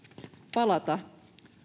palata